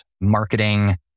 marketing